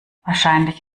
wahrscheinlich